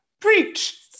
Preach